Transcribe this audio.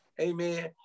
amen